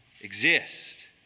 exist